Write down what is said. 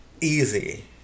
Easy